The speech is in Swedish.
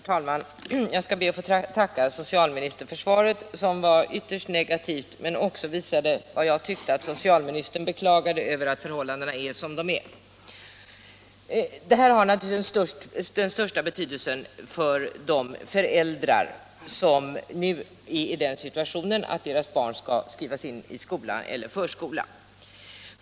Herr talman! Jag skall be att få tacka socialministern för svaret, som var ytterst negativt men som också — tyckte jag — visade att socialministern beklagar att förhållandena är som de är. Detta har naturligtvis den största betydelsen för de föräldrar som nu är i den situationen att deras barn skall skrivas in i skolan eller förskolan.